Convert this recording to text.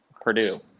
Purdue